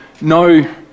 No